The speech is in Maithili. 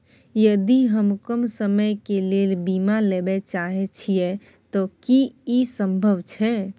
यदि हम कम समय के लेल बीमा लेबे चाहे छिये त की इ संभव छै?